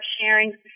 sharing